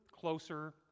closer